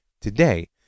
today